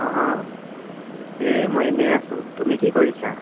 অঁ এই মই এনেই আছোঁ তুমি কি কৰিছা